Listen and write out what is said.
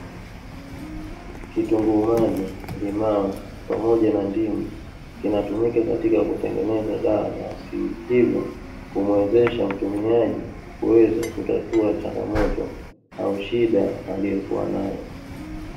Kitunguu maji, limao pamoja na ndimu; kinatumika katika kutengeneza dawa za asili, hivyo kumuwezesha mtumiaji kuweza kutatuwa changamoto au shida aliyokuwa nayo.